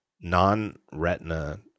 non-retina